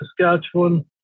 Saskatchewan